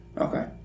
Okay